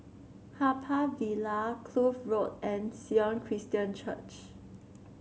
Haw Par Villa Kloof Road and Sion Christian Church